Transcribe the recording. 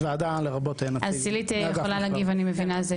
אז סלעית יכולה להגיב אני מבינה.